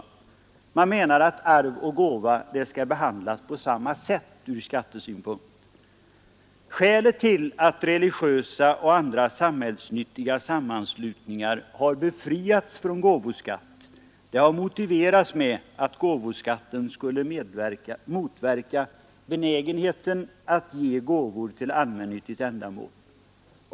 Man menar att arv och gåva skall behandlas på samma sätt ur skattesynpunkt. Att religiösa och andra samhällsnyttiga sammanslutningar har befriats från gåvoskatt har motiverats med att gåvoskatten skulle motverka benägenheten att ge gåvor till allmännyttiga ändamål.